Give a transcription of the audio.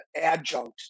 adjunct